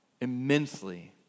immensely